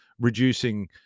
reducing